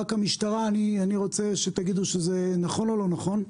המשטרה, תגידו: זה נכון או לא נכון?